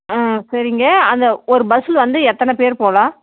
ஆ சரிங்கள் அந்த ஒரு பஸ்ஸில் வந்து எத்தனை பேர் போகலாம்